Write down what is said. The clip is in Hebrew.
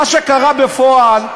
מה שקרה בפועל,